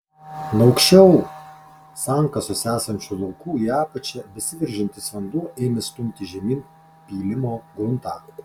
nuo aukščiau sankasos esančių laukų į apačią besiveržiantis vanduo ėmė stumti žemyn pylimo gruntą